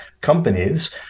companies